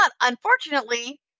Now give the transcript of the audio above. unfortunately